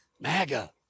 maga